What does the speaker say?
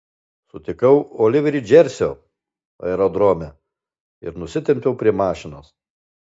sutikau oliverį džersio aerodrome ir nusitempiau prie mašinos